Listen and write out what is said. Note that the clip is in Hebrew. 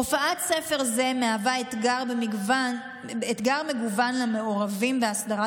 הופעת ספר זה מהווה אתגר מגוון למעורבים בהסדרת